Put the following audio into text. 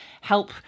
help